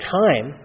time